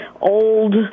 old